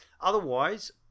Otherwise